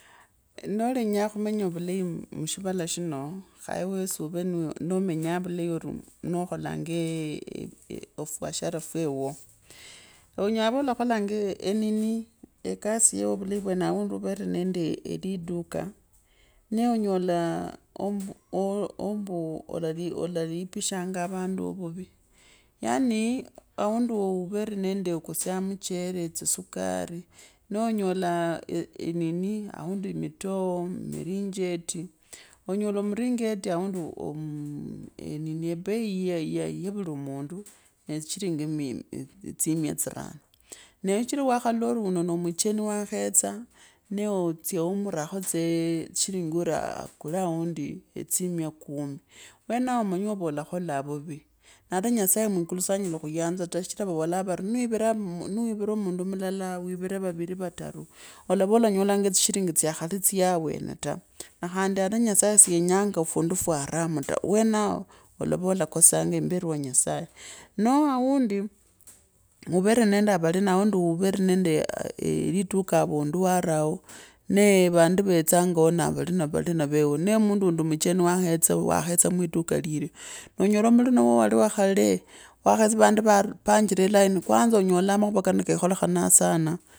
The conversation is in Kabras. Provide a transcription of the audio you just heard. Nolenyaa khumenyaa ovulei mushivala shino, khaewasi ove noomenyaa vulei ori nokholanga eeh. Ofwashara fweo eeh, onyela khuvablakholanga enin i ekasi yeuwo ovulai aundi uvere nende eliduka nee onyelaa, oomba olalipishanga avandu ovavi yaani, awundi overe nende, aundi okusanga omuchere, tsisukari nooonyola nini aundi mitoo, mirinjeti onyora muringeti aundi omuu ebei ya yavuli mundu neet tsishiringi tsi mia tsirano nee sichira ewe wakholaloka ano no mchani wektsa, nee otsia umurakho tsa tsishiringi akule aundi etsi mia kumi, wenao amanye avaolakholaa vuvi, ata nyasaye mwikula sangal;a khayanza ta sichira vavolaa vari ni wivira muindu mulala wivire vaviri, vutaru, olawa olanyolanga tsi shiringi, tsikhali tsya awene ta, khandi ata nyasaye si yenyanga ata ofundi fwaa haramu ta, wenao, olovaa olakasaa imberi wa nyasaye noo aundi, uvere nende avalina, aundi uvere nende eliduka avundu warao nee vandu veetsanguo, navalina veuo nee mundu landi muchoni wa khetia, wa khetia mwiduka lilyo, onyola mulma luo wali wa khale, wakhetsa vandu vaapanjire daini kwanza enyola makhura kano kee kholekhananga sana.